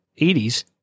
80s